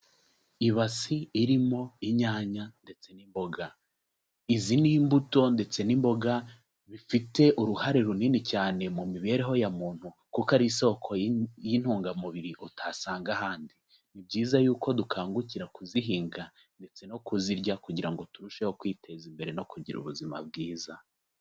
Ibasi irimo inyanya ndetse n'imboga, izi ni imbuto ndetse n'imboga bifite uruhare runini cyane mu mibereho ya muntu kuko ari isoko y'intungamubiri utasanga ahandi, ni byiza yuko dukangukira kuzihinga ndetse no kuzirya kugira ngo turusheho kwiteza imbere no kugira ubuzima bwiza.